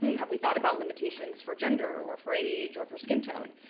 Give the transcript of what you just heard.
have we thought about limitations for gender or for age or for skin tone?